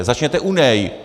Začněte u něj.